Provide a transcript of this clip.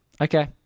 Okay